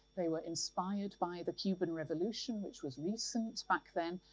they were inspired by the cuban revolution, which was recent back then,